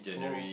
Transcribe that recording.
oh